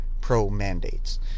pro-mandates